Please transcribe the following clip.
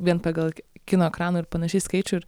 vien pagal kino ekranų ir panašiai skaičių ir